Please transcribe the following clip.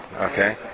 okay